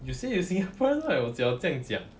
you say you [right] 我 ji tao 跟你讲